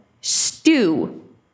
stew